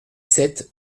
sept